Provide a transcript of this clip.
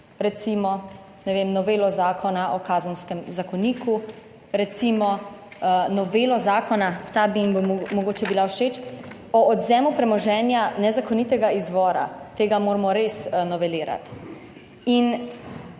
vem, novelo Zakona o kazenskem zakoniku, recimo novelo zakona, ta bi jim mogoče bila všeč, o odvzemu premoženja nezakonitega izvora. Tega moramo res novelirati.